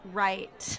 right